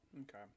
Okay